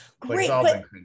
Great